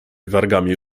wargami